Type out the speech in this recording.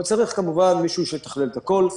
אבל צריך כמובן מישהו שיתכלל את הכול.